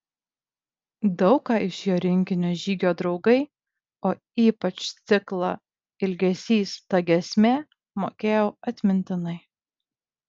daug ką iš jo rinkinio žygio draugai o ypač ciklą ilgesys ta giesmė mokėjau atmintinai